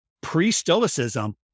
Pre-stoicism